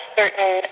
certain